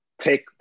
take